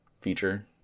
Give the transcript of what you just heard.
feature